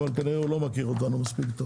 אבל כנראה שהוא לא מכיר אותנו מספיק טוב